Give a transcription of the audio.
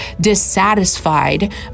dissatisfied